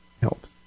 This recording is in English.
helps